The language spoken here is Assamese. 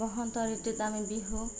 বসন্ত ঋতুত আমি বিহু